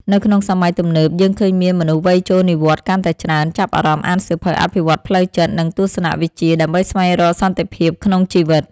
នៅក្នុងសម័យទំនើប យើងឃើញមានមនុស្សវ័យចូលនិវត្តន៍កាន់តែច្រើន ចាប់អារម្មណ៍អានសៀវភៅអភិវឌ្ឍផ្លូវចិត្ត និងទស្សនវិជ្ជាដើម្បីស្វែងរកសន្តិភាពក្នុងជីវិត។